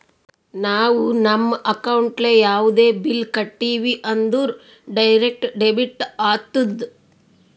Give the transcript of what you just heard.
ನಾವು ನಮ್ ಅಕೌಂಟ್ಲೆ ಯಾವುದೇ ಬಿಲ್ ಕಟ್ಟಿವಿ ಅಂದುರ್ ಡೈರೆಕ್ಟ್ ಡೆಬಿಟ್ ಆತ್ತುದ್